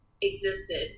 existed